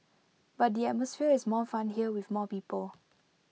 but the atmosphere is more fun here with more people